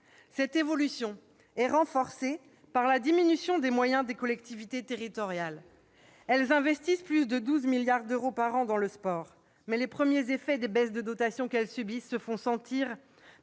Cette évolution est renforcée par la diminution des moyens des collectivités territoriales. Elles investissent plus de 12 milliards d'euros par an dans le sport, mais les premiers effets des baisses de dotations qu'elles subissent se font sentir,